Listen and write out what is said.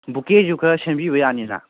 ꯕꯨꯀꯦꯁꯨ ꯈꯔ ꯁꯦꯝꯕꯤꯕ ꯌꯥꯅꯤꯅ